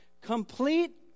Complete